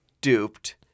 duped